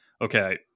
Okay